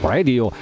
Radio